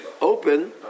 open